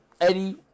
Eddie